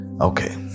Okay